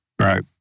Right